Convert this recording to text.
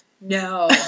No